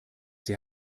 sie